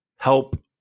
Help